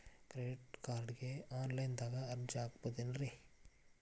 Credit ಕಾರ್ಡ್ಗೆ online ದಾಗ ಅರ್ಜಿ ಹಾಕ್ಬಹುದೇನ್ರಿ?